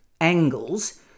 Angles